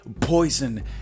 poison